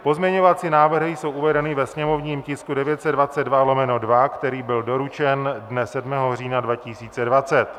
Pozměňovací návrhy jsou uvedeny ve sněmovním tisku 922/2, který byl doručen dne 7. října 2020.